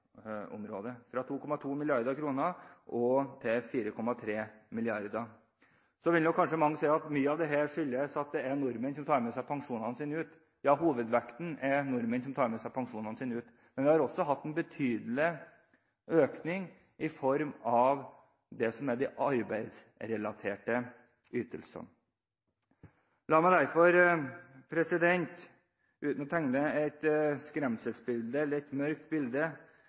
fra 2,2 mrd. kr til 4,3 mrd. kr Så vil nok kanskje mange si at mye at dette skyldes at nordmenn tar med pensjonene sine ut. Ja, hovedvekten er nordmenn som tar med seg pensjonen sin ut, men vi har også hatt en betydelig økning i form av arbeidsrelaterte ytelser. La meg derfor, uten å tegne et skremmebilde eller et mørkt bilde,